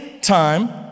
time